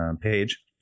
page